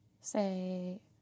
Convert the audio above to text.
Say